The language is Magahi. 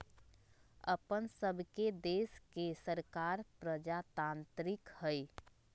अप्पन सभके देश के सरकार प्रजातान्त्रिक हइ